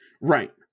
Right